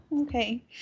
Okay